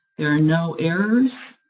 there are no errors,